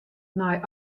nei